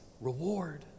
reward